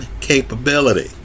capability